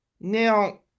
now